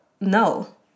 No